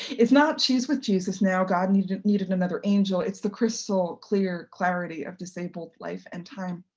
if not, she's with jesus now, god needed needed another angel, it's the crystal clear clarity of disabled life and time.